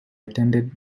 attended